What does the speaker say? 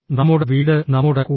നമ്മുടെ വീട് നമ്മുടെ കൂടാണ്